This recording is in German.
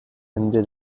ende